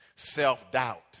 self-doubt